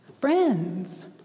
Friends